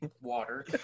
water